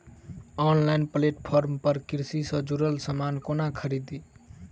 Online platform पर कृषि सँ जुड़ल समान कोना खरीदी?